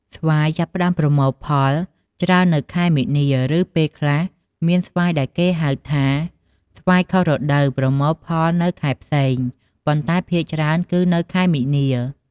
ស្វាយចាប់ផ្តើមប្រមូលផលច្រើននៅខែមីនា ឬមានពេលខ្លះមានស្វាយដែលគេហៅថាស្វាយខុសរដូវប្រមូលផលនៅខែផ្សេង ប៉ុន្តែភាគច្រើនគឺនៅខែមីនា។